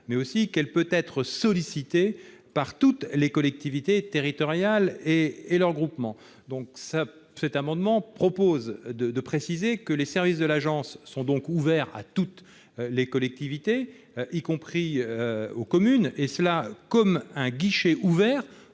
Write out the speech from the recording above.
mais aussi qu'elle « peut être sollicitée par toutes les collectivités territoriales et leurs groupements ». Il s'agit de prévoir que les services de l'agence sont accessibles à toutes les collectivités, y compris aux communes, comme un guichet ouvert,